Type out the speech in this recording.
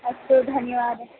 अस्तु धन्यवादः